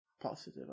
positive